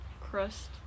Crust